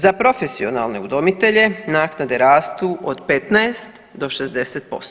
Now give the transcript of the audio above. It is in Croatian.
Za profesionalne udomitelje naknade rastu od 15 do 60%